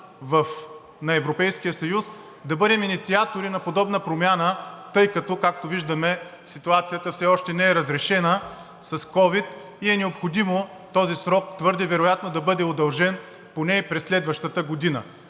на Европейския съюз, да бъдем инициатори на подобна промяна, тъй като, както виждаме, ситуацията с ковид все още не е разрешена и е необходимо този срок вероятно да бъде удължен поне и през следващата година.